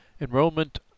Enrollment